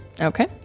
okay